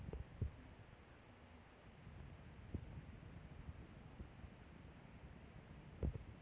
ग्रामीण अपनी हित को ध्यान में रखते हुए अधिक से अधिक दूध उत्पादन करके अमूल कंपनी को भेजते हैं